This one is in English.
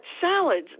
salads